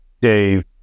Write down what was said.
Dave